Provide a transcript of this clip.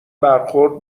برخورد